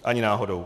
Ani náhodou.